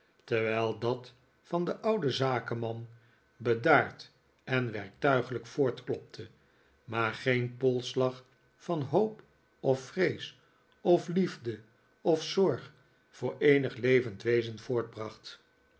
terwijl dat van den ouden zakenman bedaard en werktuiglijk voortklopte maar geen polsslag van hoop of vrees of liefde of zorg voor eenig levend wezen